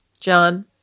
John